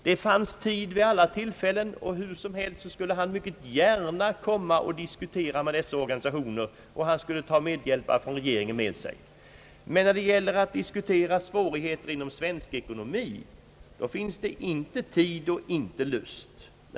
Det fanns tid vid alla tillfällen, och han skulle mycket gärna komma och diskutera med dessa organisationer och ta medhjälpare från regeringen med sig. Men när det gäller att diskutera svårigheter inom svensk ekonomi, då finns det inte tid och inte lust.